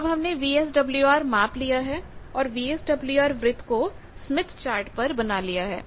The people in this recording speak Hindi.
तो अब हमने वीएसडब्ल्यूआर माप लिया है और वीएसडब्ल्यूआर वृत्त को स्मिथ चार्ट पर बना लिया है